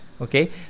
Okay